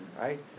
right